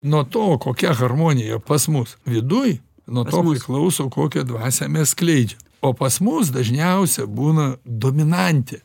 nuo to kokia harmonija pas mus viduj nuo to priklauso kokią dvasią mes skleidžia o pas mus dažniausia būna dominantė